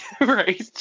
right